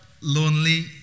lonely